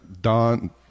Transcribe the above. Don